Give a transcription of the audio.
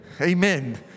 Amen